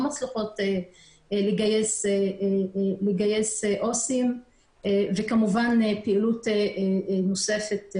מצליחות לגייס עו"סים וכמובן פעילות נוספת.